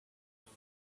love